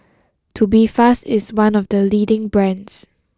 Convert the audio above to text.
Tubifast is one of the leading brands